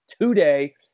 today